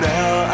Now